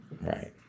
Right